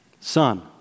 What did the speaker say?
Son